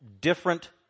different